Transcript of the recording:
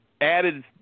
added